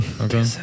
Okay